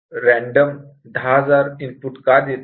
आपण random 10000 input का देत नाही